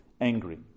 angry